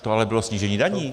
To ale bylo snížení daní.